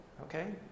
okay